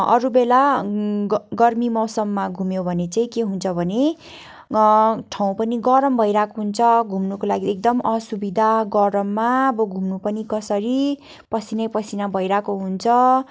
अरू बेला ग गर्मी मौसममा घुम्यो भने के हुन्छ भने ठाउँ पनि गरम भइरहेको हुन्छ घुम्नुको लागि एकदम असुविधा गरममा अब घुम्नु पनि कसरी पसिनै पसिना भइरहेको हुन्छ